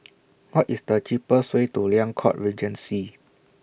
What IS The cheapest Way to Liang Court Regency